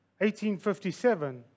1857